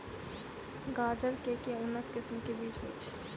गाजर केँ के उन्नत किसिम केँ बीज होइ छैय?